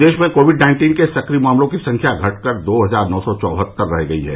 प्रदेश में COVID nineteen के सक्रिय मामलों की संख्या घटकर दो हजार नौ सौ चौहत्तर रह गयी है